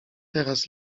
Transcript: teraz